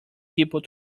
people